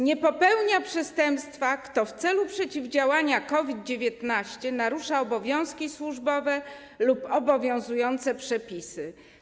Nie popełnia przestępstwa, kto w celu przeciwdziałania COVID-19 narusza obowiązki służbowe lub obowiązujące przepisy.